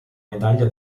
medaglia